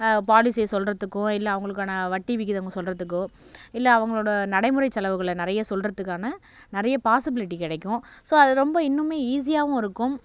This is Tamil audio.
பாலிசியை சொல்லுறதுக்கோ இல்லை அவங்களுக்கான வட்டி விகிதம் சொல்லுறதுக்கோ இல்லை அவங்களோட நடைமுறைச் செலவுகளை நிறைய சொல்லுறதுக்கான நிறையா பாசிபிலிட்டி கிடைக்கும் ஸோ அது ரொம்ப இன்னுமே ஈஸியாகவும் இருக்கும்